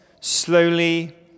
slowly